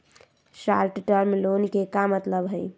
Short term loan के का मतलब हई?